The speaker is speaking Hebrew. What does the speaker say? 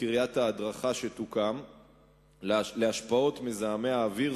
בקריית ההדרכה שתוקם להשפעות מזהמי האוויר,